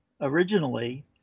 originally